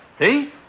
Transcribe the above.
See